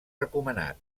recomanat